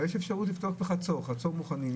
אבל יש אפשרות בחצור, חצור מוכנים.